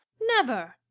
never!